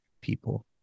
people